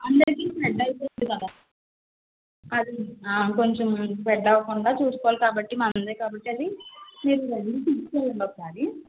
అందరికీ స్ప్రెడ్ అయిపోతుంది కదా అది హ కొంచెం స్ప్రెడ్ అవ్వకుండా చూసుకోవాలి కాబట్టి మందే కాబట్టే అది మీరు రండి తీసుకు వెళ్ళండి ఒకసారి